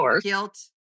guilt